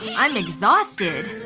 i'm exhausted.